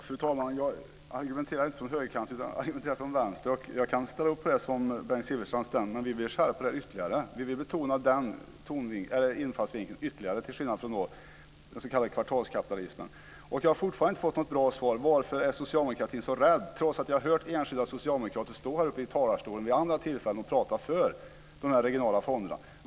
Fru talman! Jag argumenterar inte från högerkanten, utan jag argumenterar från vänster. Jag kan ställa upp på det som Bengt Silfverstrand säger. Vi vill skärpa detta ytterligare. Vi vill betona den infallsvinkeln ytterligare, till skillnad från den s.k. kvartalskapitalismen. Jag har fortfarande inte fått något bra svar på frågan varför socialdemokratin är så rädd, trots att jag hört enskilda socialdemokrater stå här i talarstolen vid andra tillfällen och prata för de regionala fonderna.